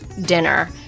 dinner